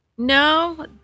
No